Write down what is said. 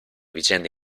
vicende